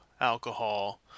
alcohol